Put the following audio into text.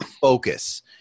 focus